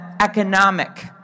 economic